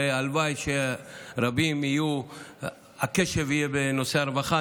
והלוואי שאצל רבים הקשב יהיה בנושא הרווחה.